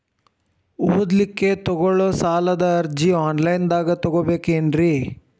ಓದಲಿಕ್ಕೆ ತಗೊಳ್ಳೋ ಸಾಲದ ಅರ್ಜಿ ಆನ್ಲೈನ್ದಾಗ ತಗೊಬೇಕೇನ್ರಿ?